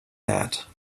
that